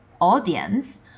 audience